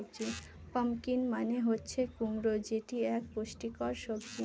pumpkin মানে হচ্ছে কুমড়ো যেটি এক পুষ্টিকর সবজি